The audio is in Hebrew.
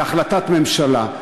להחלטת הממשלה.